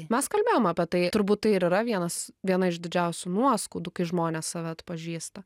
mes kalbėjom apie tai turbūt tai ir yra vienas viena iš didžiausių nuoskaudų kai žmonės save atpažįsta